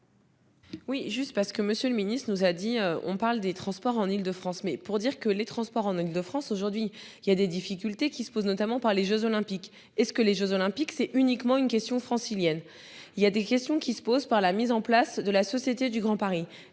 Oui juste parce que Monsieur le Ministre, nous a dit, on parle des transports en Île-de-France mais pour dire que les transports en Île-de-France. Aujourd'hui il y a des difficultés qui se posent notamment par les Jeux olympiques et ce que les Jeux olympiques, c'est uniquement une question francilienne. Il y a des questions qui se posent par la mise en place de la Société du Grand Paris